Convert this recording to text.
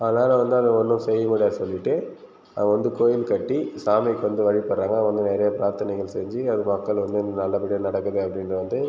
அதனால் வந்து அதை ஒன்றும் செய்ய முடியாதுன்னு சொல்லிவிட்டு அவங்க வந்து கோவில் கட்டி சாமி வந்து வழிபடுகிறாங்க அவங்க வந்து நிறைய பிராத்தனைகள் செஞ்சு மக்கள் வந்து நல்லபடியாக நடக்குது அப்படின்னு வந்து